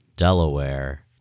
Delaware